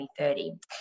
2030